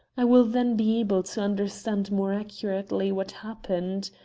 i will then be able to understand more accurately what happened.